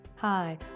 Hi